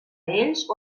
ells